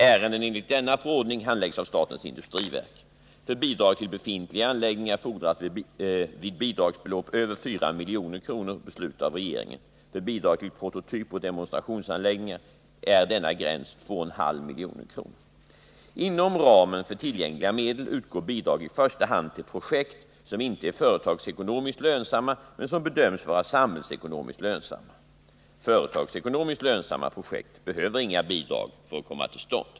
Ärenden enligt denna förordning handläggs av statens industriverk. För bidrag till befintliga anläggningar fordras vid bidragsbelopp på över 4 milj.kr. beslut av regeringen. För bidrag till prototypoch demonstrationsanläggningar är denna gräns 2,5 milj.kr. Inom ramen för tillgängliga medel utgår bidrag i första hand till projekt som inte är företagsekonomiskt lönsamma men som bedöms vara samhällsekonomiskt lönsamma. Företagsekonomiskt lönsamma projekt behöver inga bidrag för att komma till stånd.